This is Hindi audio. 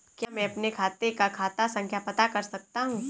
क्या मैं अपने खाते का खाता संख्या पता कर सकता हूँ?